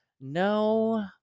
no